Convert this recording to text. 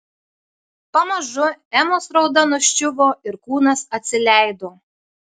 pamažu emos rauda nuščiuvo ir kūnas atsileido